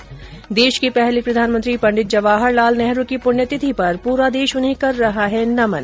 ्देश के पहले प्रधानमंत्री पंडित जवाहर लाल नेहरू की पुण्यतिथि पर पूरा देश उन्हें कर रहा है नमन